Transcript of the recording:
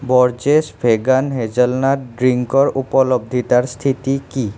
Borges vegan hazelnut ড্ৰিংকৰ উপলব্ধিতাৰ স্থিতি কি